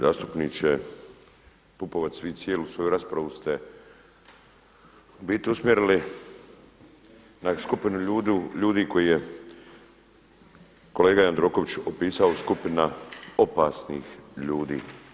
Zastupniče Pupovac, vi cijelu svoju raspravu ste u biti usmjerili na skupinu ljudi koji je kolega Jandroković opisao skupina opasnih ljudi.